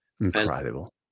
Incredible